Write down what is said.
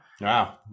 wow